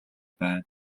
байна